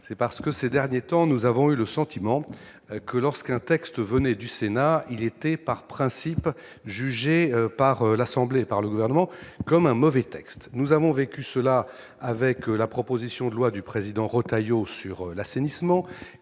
c'est parce que ces derniers temps, nous avons eu le sentiment que lorsqu'un texte venait du Sénat, il était par principe jugé par l'assemblée par le gouvernement comme un mauvais texte, nous avons vécu cela avec la proposition de loi du président Retailleau sur l'assainissement